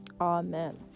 amen